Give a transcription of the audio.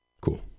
Cool